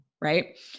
Right